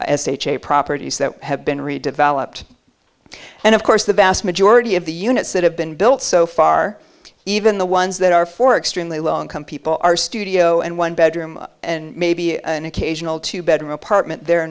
sh a properties that have been redeveloped and of course the vast majority of the units that have been built so far even the ones that are for extremely low income people are studio and one bedroom and maybe an occasional two bedroom apartment they're